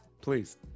Please